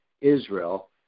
Israel